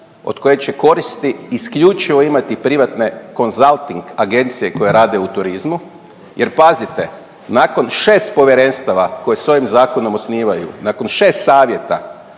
od kojeg će koristi isključivo imati privatne konzalting agencije koje rade u turizmu jer pazite, nakon 6 povjerenstava koja se ovim zakonom osnivaju, nakon 6 savjeta,